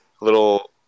Little